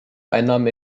einnahmen